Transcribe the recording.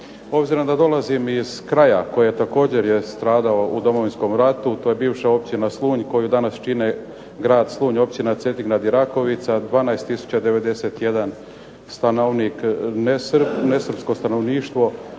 Obzirom da dolazim iz kraja koje također je stradalo u Domovinskom ratu, to je bivša općina Slunj, koji danas čine grad Slunj, općina Cetingrad i Rakovica, 12 tisuća 91 stanovnika nesrpsko stanovništvo